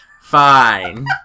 Fine